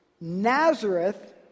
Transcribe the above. Nazareth